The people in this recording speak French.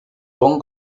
van